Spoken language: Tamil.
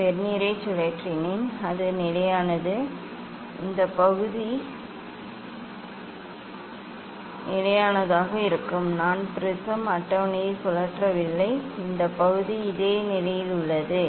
நான் வெர்னியரை சுழற்றினேன் அது நிலையானது இந்த பகுதி நிலையானதாக இருக்கும் நான் ப்ரிஸம் அட்டவணையை சுழற்றவில்லை இந்த பகுதி இதே நிலையில் உள்ளது